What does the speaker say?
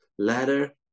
Ladder